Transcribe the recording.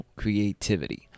creativity